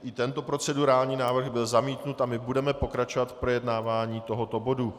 I tento procedurální návrh byl zamítnut a my budeme pokračovat v projednávání tohoto bodu.